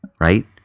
right